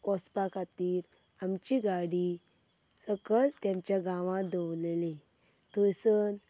वचपा खातीर आमची गाडी सकयल तेंमच्या गांवांत दवरलेली थंयसर